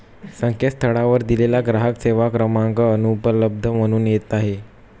संकेतस्थळावर दिलेला ग्राहक सेवा क्रमांक अनुपलब्ध म्हणून येत आहे